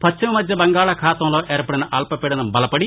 పశ్చిమ మధ్య బంగాళాఖాతంలో ఏర్పడిన అల్పపీడనం బలపడి